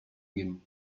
nim